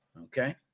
okay